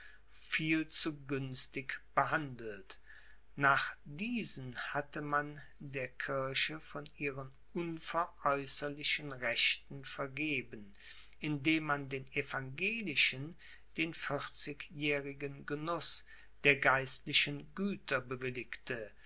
viel zu günstig behandelt nach diesen hatte man der kirche von ihren unveräußerlichen rechten vergeben indem man den evangelischen den vierzigjährigen genuß der geistlichen güter bewilligte